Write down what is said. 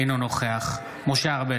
אינו נוכח משה ארבל,